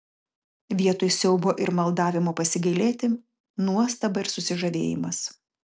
vietoj siaubo ir maldavimo pasigailėti nuostaba ir susižavėjimas